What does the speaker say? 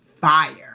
fire